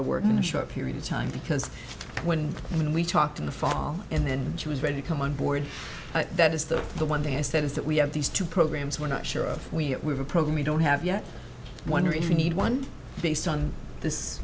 of work in a short period of time because when i mean we talked in the fall and then she was ready to come on board that is that the one thing i said is that we have these two programs we're not sure we have a program we don't have yet wonder if we need one based on this